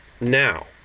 now